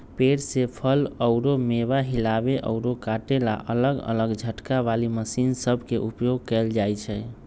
पेड़ से फल अउर मेवा हिलावे अउर काटे ला अलग अलग झटका वाली मशीन सब के उपयोग कईल जाई छई